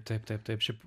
taip taip taip šiaip